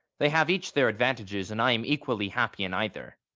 they have each their advantages and i am equally happy in either.